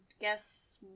guess